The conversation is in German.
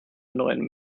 neuen